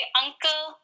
uncle